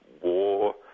war